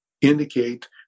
indicate